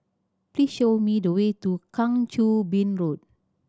please show me the way to Kang Choo Bin Road